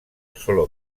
sólo